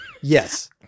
Yes